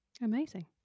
Amazing